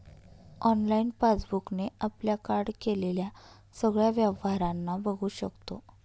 online passbook ने आपल्या card केलेल्या सगळ्या व्यवहारांना बघू शकतो